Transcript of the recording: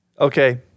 Okay